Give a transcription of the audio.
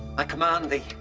i command thee.